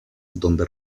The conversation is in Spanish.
donde